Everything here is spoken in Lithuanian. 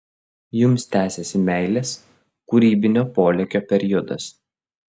jums tęsiasi meilės kūrybinio polėkio periodas